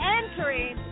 entering